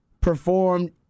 performed